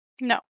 No